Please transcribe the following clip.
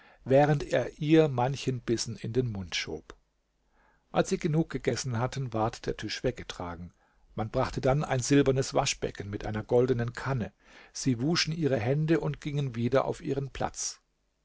während er ihr manchen bissen in den mund schob als sie genug gegessen hatten ward der tisch weggetragen man brachte dann ein silbernes waschbecken mit einer goldenen kanne sie wuschen ihre hände und gingen wieder auf ihren platz